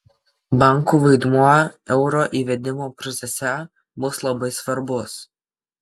bankų vaidmuo euro įvedimo procese bus labai svarbus